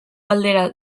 aldera